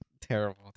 Terrible